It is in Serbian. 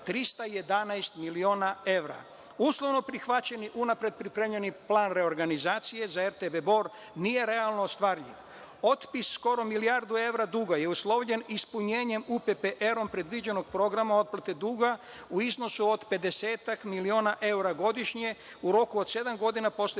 311 miliona evra. Uslovno prihvaćeni, unapred pripremljeni plan reorganizacije za RTB Bor, nije realno ostvarljiv. Otpis skoro milijardu evra duga je uslovljen ispunjenjem UPPR-om predviđenog programa otplate duga, u iznosu od 50-ak miliona evra godišnje, u roku od sedam godina, posle